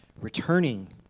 returning